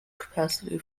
capacity